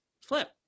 flip